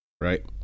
right